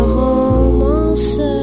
romance